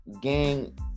gang